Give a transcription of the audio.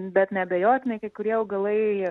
bet neabejotinai kai kurie augalai